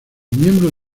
miembros